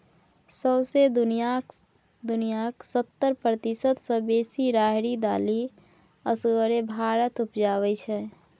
सौंसे दुनियाँक सत्तर प्रतिशत सँ बेसी राहरि दालि असगरे भारत उपजाबै छै